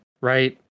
Right